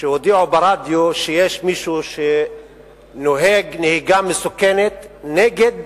שהודיעו ברדיו שיש מישהו שנוהג נהיגה מסוכנת נגד